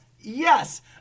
Yes